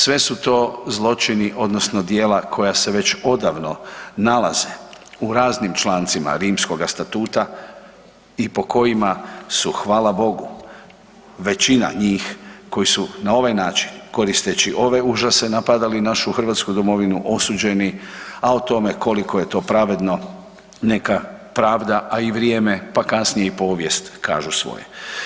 Sve su to zločini odnosno djela koja se već odavno nalaze u raznim člancima Rimskoga statuta i po kojima su hvala Bogu većina njih koji su na ovaj način koristeći ove užase napadali našu hrvatsku domovinu osuđeni, a o tome koliko je to pravedno neka pravda, a i vrijeme, pa kasnije i povijest kažu svoje.